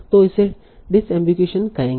तो इसे डिसअम्बिगुईशन कहेंगे